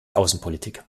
außenpolitik